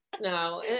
No